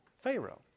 Pharaoh